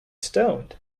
stoned